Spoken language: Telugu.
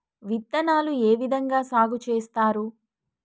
విత్తనాలు ఏ విధంగా సాగు చేస్తారు?